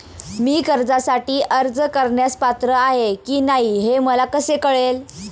मी कर्जासाठी अर्ज करण्यास पात्र आहे की नाही हे मला कसे कळेल?